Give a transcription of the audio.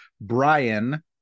Brian